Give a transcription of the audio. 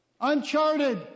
uncharted